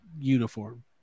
uniform